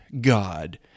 God